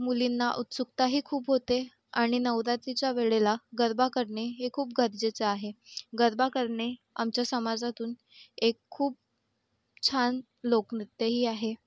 मुलींना उत्सुकताही खूप होते आणि नवरात्रीच्या वेळेला गरबा करणे हे खूप गरजेचं आहे गरबा करणे आमच्या समाजातून एक खूप छान लोकनृत्यही आहे